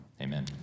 amen